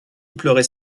pleurait